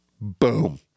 boom